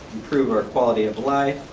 improve our quality of life.